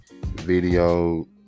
video